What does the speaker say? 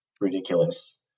ridiculous